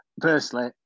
Personally